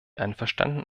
einverstanden